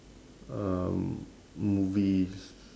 um movies